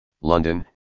London